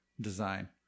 design